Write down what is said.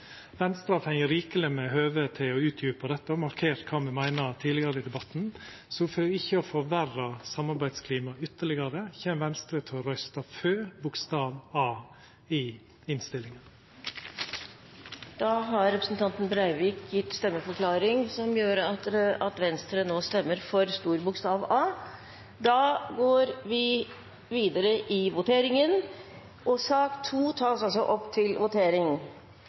Venstre har fått rikeleg med høve til å utdjupa dette og markert kva me meiner tidlegare i debatten. Så for ikkje å forverra samarbeidsklimaet ytterlegare kjem Venstre til å røysta for tilrådinga frå komiteen, til A, i innstillinga. Da har representanten Breivik gitt en stemmeforklaring om at Venstre nå stemmer for komiteens innstilling til A. Under debatten er det satt fram i